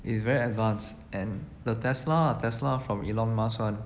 it's very advanced and the Tesla Tesla from elon musk [one]